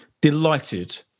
delighted